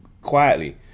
quietly